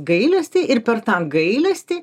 gailestį ir per tą gailestį